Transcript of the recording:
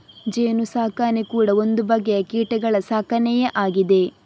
ಜೇನು ಸಾಕಣೆ ಕೂಡಾ ಒಂದು ಬಗೆಯ ಕೀಟಗಳ ಸಾಕಣೆಯೇ ಆಗಿದೆ